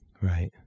Right